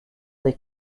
des